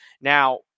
Now